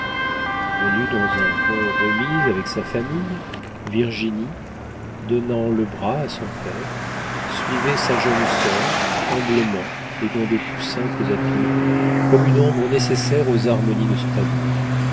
dans un bon remise avec sa famille virginie donnant le bras à son père suivait sa jeune soeur humblement et dans de plus simples atours comme une ombre nécessaire aux harmonies de ce tableau